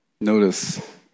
Notice